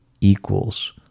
equals